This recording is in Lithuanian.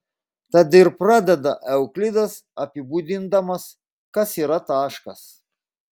tad ir pradeda euklidas apibūdindamas kas yra taškas